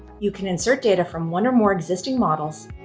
you can insert data from one or more existing models